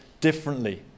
differently